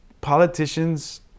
politicians